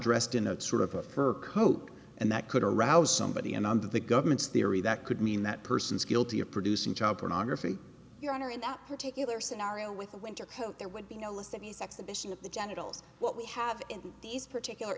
dressed in a sort of a fur coat and that could arouse somebody and under the government's theory that could mean that person is guilty of producing child pornography your honor in that particular scenario with a winter coat there would be a list of these exhibition of the genitals what we have in these particular